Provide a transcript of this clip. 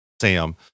Sam